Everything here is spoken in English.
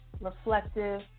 reflective